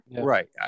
Right